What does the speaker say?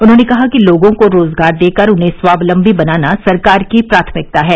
उन्होंने कहा कि लोगों को रोजगार देकर उन्हें स्वावलंबी बनाना सरकार की प्राथमिकता है